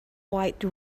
quite